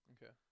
Okay